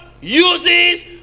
uses